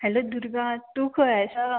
hello Durga तूं खंय आसा